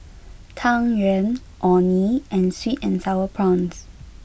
Tang Yuen Orh Nee and Sweet and Sour Prawns